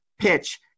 PITCH